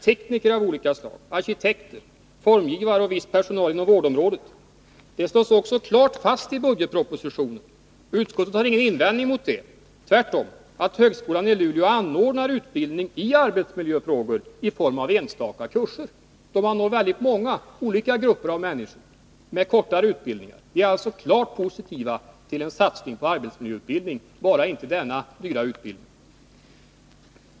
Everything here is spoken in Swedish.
tekniker av olika slag, arkitekter, formgivare och viss personal inom vårdområdet. Det slås också klart fast i budgetpropositionen. Utskottet har ingen invändning mot det. Tvärtom tycker man att det är bra att högskolan i Luleå anordnar utbildning i arbetsmiljöfrågor i form av enstaka kurser. Med kortare utbildningar når man också många grupper av människor. Vi är alltså klart positiva till en satsning på arbetsmiljöutbildning, men inte denna dyra utbildning.